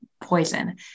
poison